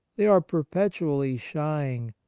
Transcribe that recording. they are per petually shying,